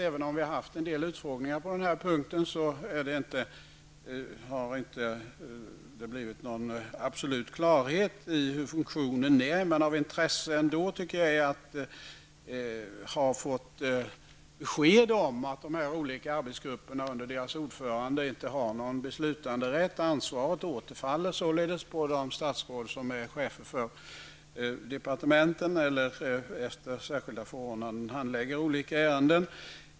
Även om vi har haft en del utfrågningarna på den här punkten, har det inte blivit någon absolut klarhet i hur det hela har fungerat. Men det är ändå av intresse att man har fått besked om att de olika arbetsgrupperna under deras ordföranden inte har någon beslutanderätt. Ansvaret återfaller således på de statsråd som är chefer för departementen eller som efter särskilda förordnanden handlägger olika ärenden.